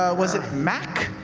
ah was it mac?